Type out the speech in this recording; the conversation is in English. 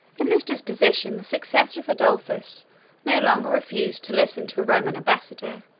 in this disposition the successor of adolphus no longer refused to listen to a roman ambassador,